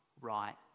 right